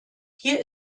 hier